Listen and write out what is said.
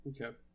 Okay